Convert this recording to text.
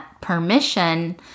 permission